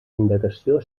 indagació